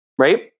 right